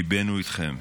ליבנו איתכם.